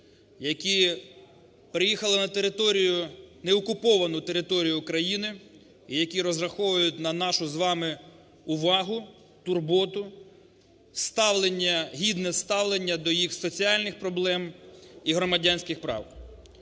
які приїхали на територію, неокуповану територію України, і які розраховують на нашу з вами увагу, турботу, ставлення, гідне ставлення до їх соціальних проблем і громадянських прав.